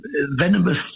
venomous